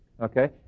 Okay